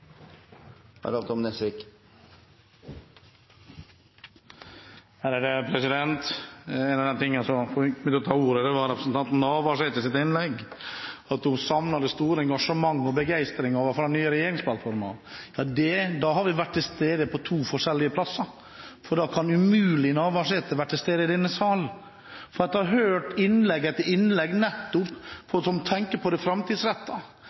En av de tingene som fikk meg til å ta ordet, var representanten Navarsetes innlegg om at hun savnet det store engasjementet og begeistringen for den nye regjeringsplattformen. Da har vi vært til stede på to forskjellige plasser, for da kan Navarsete umulig ha vært til stede i denne sal. For jeg har hørt innlegg etter innlegg, nettopp av folk som tenker på det